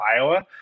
Iowa